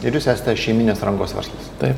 ir jūs esate šeiminės rangos verslas tai